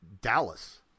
Dallas